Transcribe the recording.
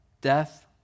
death